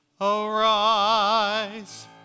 Arise